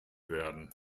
werden